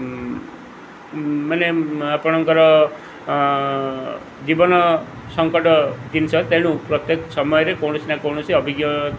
ମାନେ ଆପଣଙ୍କର ଜୀବନ ସଙ୍କଟ ଜିନିଷ ତେଣୁ ପ୍ରତ୍ୟେକ ସମୟରେ କୌଣସି ନା କୌଣସି ଅଭିଜ୍ଞ